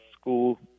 school